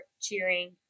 cheering